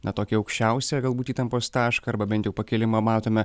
na tokį aukščiausią galbūt įtampos tašką arba bent jau pakilimą matome